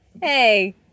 hey